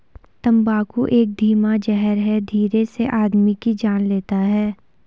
तम्बाकू एक धीमा जहर है धीरे से आदमी की जान लेता है